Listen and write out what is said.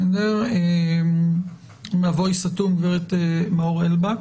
מאור אלבק מ"מבוי סתום",